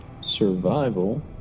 survival